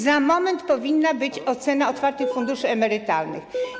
Za moment powinna być ocena otwartych funduszy emerytalnych.